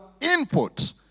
input